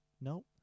no